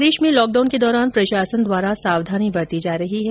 प्रदेश में लॉकडाउन के दौरान प्रशासन द्वारा सावधानी बरती जा रही है